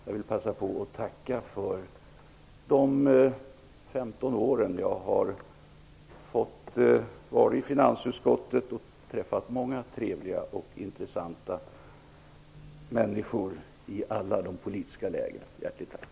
Jag vill tacka för de 15 år som jag har fått vara med i finansutskottet. Jag har träffat många trevliga och intressanta människor i alla politiska läger. Hjärtligt tack.